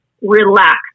relax